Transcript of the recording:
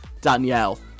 Danielle